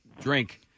drink